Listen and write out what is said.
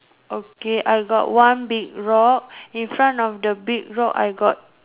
okay I got one big rock in front of the big rock I got